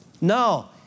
No